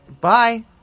bye